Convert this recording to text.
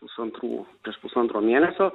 pusantrų prieš pusantro mėnesio